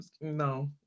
no